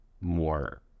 more